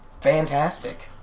fantastic